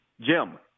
Jim